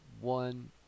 one